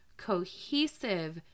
cohesive